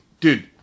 Dude